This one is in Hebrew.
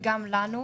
וגם לנו,